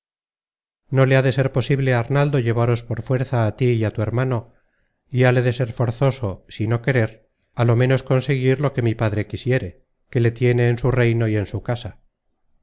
no le ha de ser posible á arnaldo llevaros por fuerza á tí y á tu hermano y hale de ser forzoso si no querer á lo menos consentir lo que mi padre quisiere que le tiene en su reino y en su casa